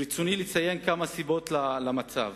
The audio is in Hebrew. ברצוני לציין כמה סיבות למצב.